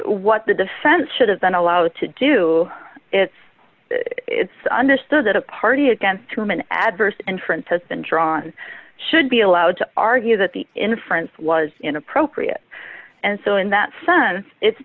what the defense should have been allowed to do it's it's understood that a party against whom an adverse inference has been drawn should be allowed to argue that the inference was inappropriate and so in that sense it's